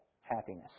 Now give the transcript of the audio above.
happiness